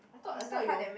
I I thought you